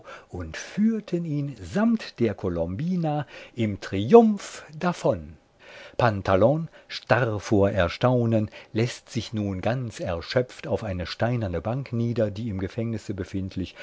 und führten ihn samt der colombina im triumph davon pantalon starr vor erstaunen läßt sich nun ganz erschöpft auf eine steinerne bank nieder die im gefängnisse befindlich